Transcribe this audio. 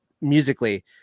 musically